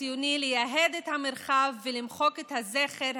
הציוני לייהד את המרחב ולמחוק את הזכר,